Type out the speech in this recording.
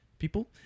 People